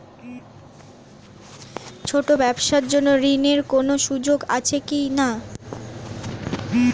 ছোট ব্যবসার জন্য ঋণ এর কোন সুযোগ আছে কি না?